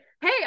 hey